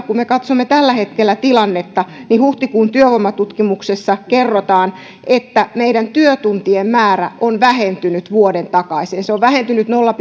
kun me katsomme tällä hetkellä tilannetta huhtikuun työvoimatutkimuksessa kerrotaan että meillä työtuntien määrä on vähentynyt vuoden takaisesta se on vähentynyt nolla